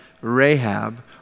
Rahab